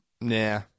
Nah